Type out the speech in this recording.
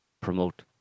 promote